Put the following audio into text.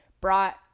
brought